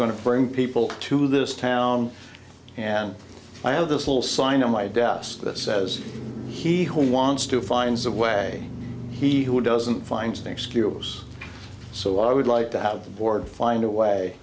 going to bring people to this town and i have this little sign on my desk that says he who wants to finds a way he who doesn't finds an excuse so i would like to have the board find a way